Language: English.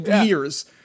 years